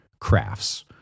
crafts